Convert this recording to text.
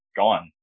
gone